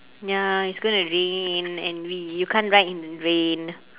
ya it's gonna rain and we you can't ride in the rain